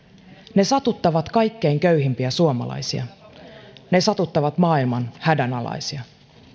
ne satuttavat kaikkein köyhimpiä suomalaisia ne satuttavat maailman hädänalaisia